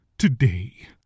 Today